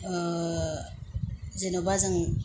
जेन'बा जों